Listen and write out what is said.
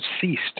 ceased